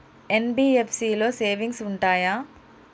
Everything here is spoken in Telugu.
ఎన్.బి.ఎఫ్.సి లో సేవింగ్స్ ఉంటయా?